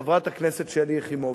חברת הכנסת שלי יחימוביץ.